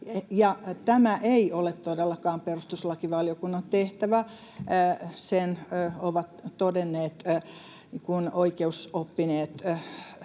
tämä ei ole todellakaan perustuslakivaliokunnan tehtävä. Sen ovat todenneet oikeusoppineet